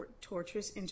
torturous